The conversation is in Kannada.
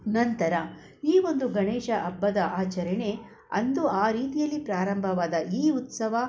ನಂತರ ಈ ಒಂದು ಗಣೇಶ ಹಬ್ಬದ ಆಚರಣೆ ಅಂದು ಆ ರೀತಿಯಲ್ಲಿ ಪ್ರಾರಂಭವಾದ ಈ ಉತ್ಸವ